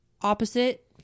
opposite